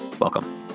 Welcome